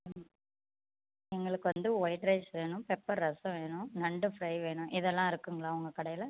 ம் எங்களுக்கு வந்து ஒயிட் ரைஸ் வேணும் பெப்பர் ரசம் வேணும் நண்டு ஃப்ரை வேணும் இதெல்லாம் இருக்குதுங்களா உங்கள் கடையில்